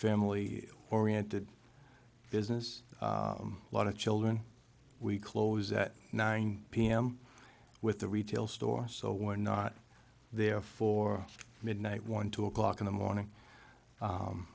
family oriented business lot of children we close at nine p m with the retail store so we're not there for midnight one two o'clock in the morning